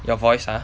your voice ah